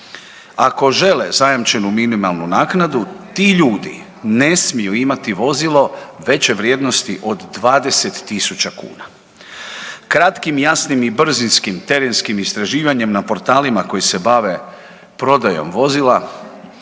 Ako žele zajamčenu minimalnu naknadu ti ljudi ne smiju imati vozilo veće vrijednosti od 20 000 kuna. Kratkim, jasnim i brzinskim terenskim istraživanjem na portalima koji se bave prodajom vozila